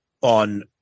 on